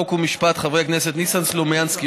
חוק ומשפט: חברי הכנסת ניסן סלומינסקי,